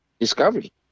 discovery